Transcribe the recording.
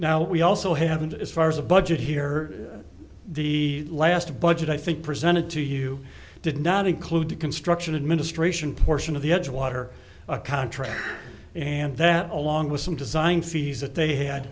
now we also have and as far as a budget here the last budget i think presented to you did not include the construction administration portion of the edgewater a contract and that along with some design fees that they